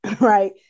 right